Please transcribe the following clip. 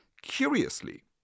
Curiously